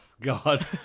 God